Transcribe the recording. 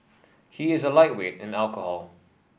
he is a lightweight in alcohol